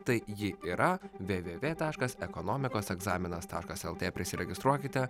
tai ji yra www taškas ekonomikos egzaminas taškas lt prisiregistruokite